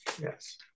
yes